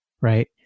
right